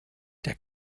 der